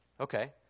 Okay